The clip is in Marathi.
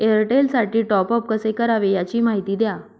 एअरटेलसाठी टॉपअप कसे करावे? याची माहिती द्या